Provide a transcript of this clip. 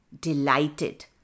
Delighted